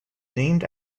named